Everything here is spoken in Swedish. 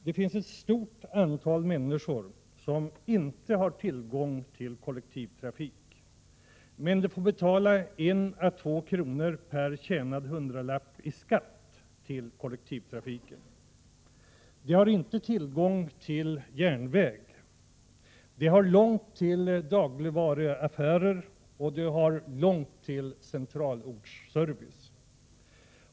Det finns ett stort antal människor som inte har tillgång till kollektivtrafik, men de får betala 1 å 2 kr. per intjänad hundralapp i skatt till kollektivtrafiken. De har inte tillgång till järnväg. De har långt till dagligvaruaffärer och de har långt till centralortsservice.